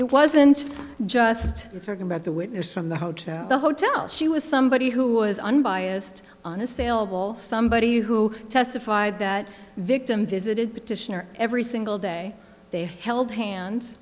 it wasn't just thinking about the witness from the hotel the hotel she was somebody who was unbiased on a salable somebody who testified that victim visited petitioner every single day they held hands